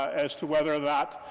as to whether that,